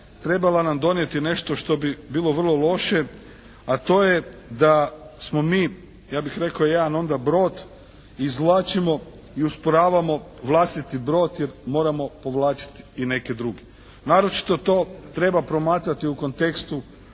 trebala nam donijeti nešto što bi bilo vrlo loše, a to je da smo mi ja bih rekao jedan onda brod i izvlačimo i usporavamo vlastiti brod jer moramo povlačiti i neke druge. Naročito to treba promatrati u kontekstu